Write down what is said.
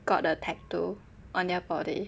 got a tattoo on their body